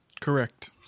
Correct